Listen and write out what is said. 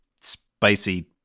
spicy